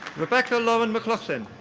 rebecca lauren mclaughlin.